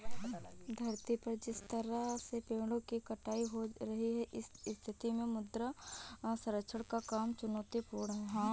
धरती पर जिस तरह से पेड़ों की कटाई हो रही है इस स्थिति में मृदा संरक्षण का काम चुनौतीपूर्ण है